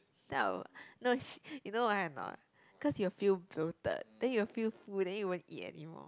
then I will no she you know why or not cause you'll feel bloated then you'll feel full then you won't eat anymore